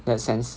in that sense